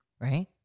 right